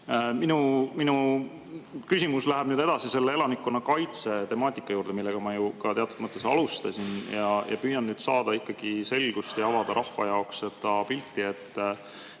Minu küsimus läheb nüüd elanikkonnakaitse temaatika juurde, millega ma ka teatud mõttes alustasin, ja püüan saada ikkagi selgust ja avada rahva jaoks seda pilti.